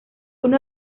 uno